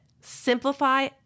Simplify